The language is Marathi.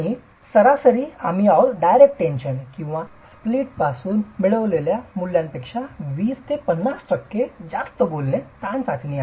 आणि सरासरी आम्ही आहोत डायरेक्ट टेन्शन किंवा स्प्लिटमधून मिळवलेल्या मूल्यांपेक्षा 20 ते 50 टक्के जास्त बोलणे ताण चाचणी